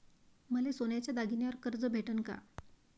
मले सोन्याच्या दागिन्यावर कर्ज भेटन का?